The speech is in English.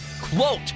quote